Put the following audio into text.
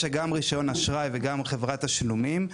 יש לה גם רישיון אשראי וגם חברת תשלומים,